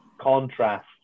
contrast